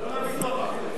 לא לביטוח הרפואי.